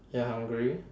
you're hungry